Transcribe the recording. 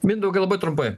mindaugai labai trumpai